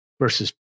versus